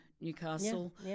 Newcastle